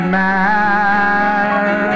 mad